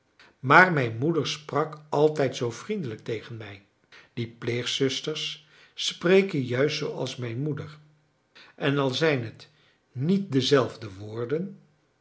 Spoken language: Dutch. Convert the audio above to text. maar mijn moeder sprak altijd zoo vriendelijk tegen mij die pleegzusters spreken juist zooals mijn moeder en al zijn het niet dezelfde woorden